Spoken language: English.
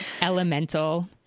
elemental